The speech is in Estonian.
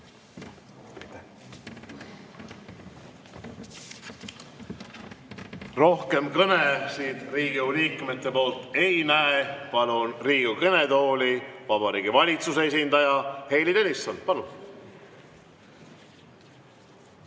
Rohkem kõnesid Riigikogu liikmetelt ei näe. Palun Riigikogu kõnetooli Vabariigi Valitsuse esindaja Heili Tõnissoni. Palun!